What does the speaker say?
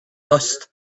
dust